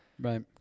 Right